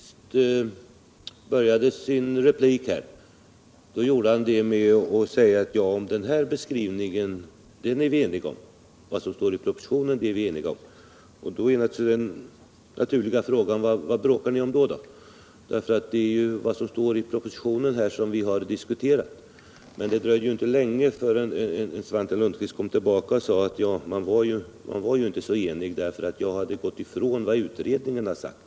Herr talman! Svante Lundkvist började sin replik med att säga att vi är eniga om vad som står i propositionen. Då var den naturliga frågan: Vad bråkar ni då om — det är ju det som står i propositionen som vi diskuterar? Men det dröjde inte länge förrän Svante Lundkvist kom tillbaka och sade att vi inte var så eniga, eftersom jag hade gått ifrån det som utredningen uttalat.